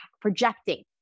projecting